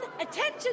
Attention